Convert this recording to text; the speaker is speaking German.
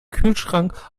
kühlschrank